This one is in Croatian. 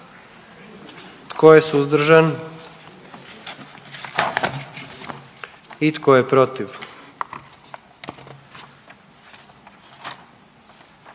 Tko je suzdržan? I tko je protiv?